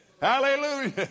Hallelujah